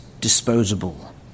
disposable